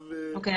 אוקיי,